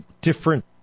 different